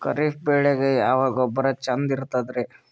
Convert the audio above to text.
ಖರೀಪ್ ಬೇಳಿಗೆ ಯಾವ ಗೊಬ್ಬರ ಚಂದ್ ಇರತದ್ರಿ?